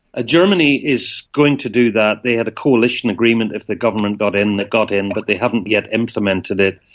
ah germany is going to do that. they had a coalition agreement if the government got in, they got in, but they haven't yet implemented it.